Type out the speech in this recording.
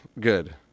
good